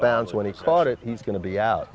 bounds when he caught it he's going to be out